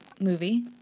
movie